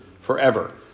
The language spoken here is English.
Forever